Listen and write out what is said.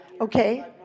Okay